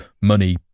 money